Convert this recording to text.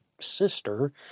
sister